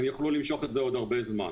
הם יוכלו למשוך את זה עוד הרבה זמן.